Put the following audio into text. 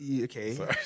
Okay